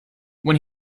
when